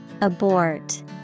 Abort